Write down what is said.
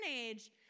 age